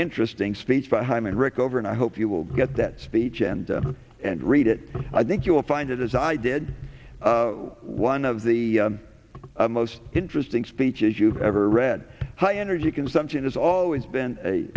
interesting speech by hyman rickover and i hope you will get that speech and and read it i think you'll find it as i did one of the most interesting speeches you've ever read high energy consumption has always been a